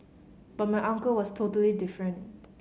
but my uncle was totally different